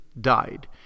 died